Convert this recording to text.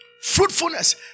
Fruitfulness